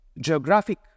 geographic